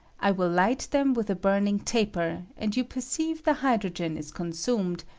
i will light them with a burning taper, and you perceive the hydi'ogen is consumed,